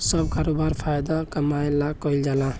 सब करोबार फायदा कमाए ला कईल जाल